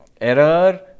error